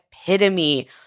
epitome